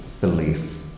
belief